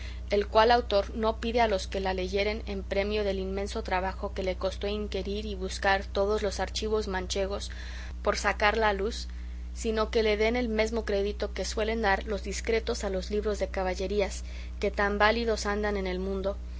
el cual autor no pide a los que la leyeren en premio del inmenso trabajo que le costó inquerir y buscar todos los archivos manchegos por sacarla a luz sino que le den el mesmo crédito que suelen dar los discretos a los libros de caballerías que tan validos andan en el mundo